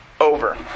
over